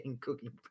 cooking